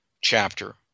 chapter